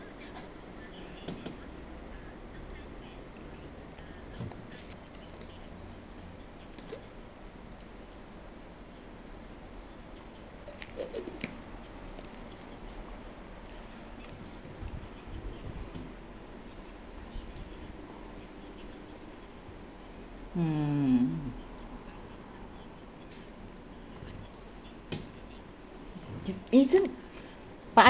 mm you isn't but I